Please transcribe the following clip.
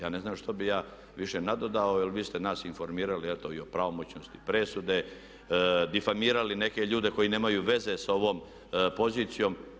Ja ne znam što bih ja više nadodao jer vi ste nas informirali eto i o pravomoćnosti presude, difamirali neke ljudi koji nemaju veze sa ovom pozicijom.